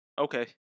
Okay